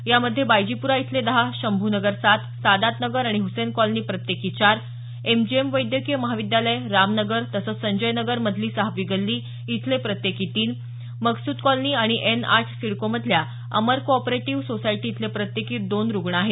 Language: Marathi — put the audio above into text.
यामधे बायजीप्रा इथले दहा शंभूनगर सात सादात नगर आणि हुसेन कॉलनी प्रत्येकी चार एमजीएम वैद्यकीय महाविद्यालय राम नगर तसंच संजय नगर मधली सहावी गल्ली इथले प्रत्येकी तीन मकसूद कॉलनी आणि एन आठ सिडकोमधल्या अमर को ऑपरेटिव्ह सोसायटी इथले प्रत्येकी दोन रुग्ण आहेत